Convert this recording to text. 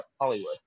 Hollywood